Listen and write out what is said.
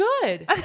good